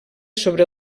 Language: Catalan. sobre